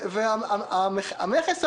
המכס עליו,